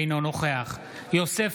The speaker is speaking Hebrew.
אינו נוכח יוסף